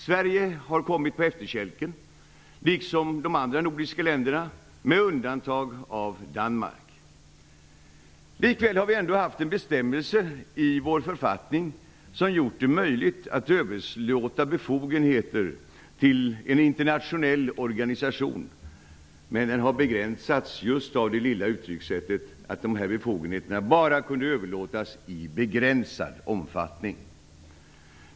Sverige har kommit på efterkälken, liksom de andra nordiska länderna med undantag av Danmark. Likväl har vi haft en bestämmelse som har gjort det möjligt att överlåta befogenheter till en internationell organisation, men den har begränsats just av det lilla uttryckssättet att befogenheterna bara kan överlåtas i begränsad omfattning.